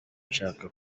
nshaka